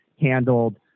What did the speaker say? handled